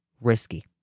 risky